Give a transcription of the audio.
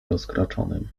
rozkraczonym